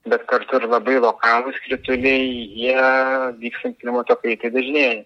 bet kartu ir labai lokalūs krituliai jie vykstant klimato kaitai dažnėja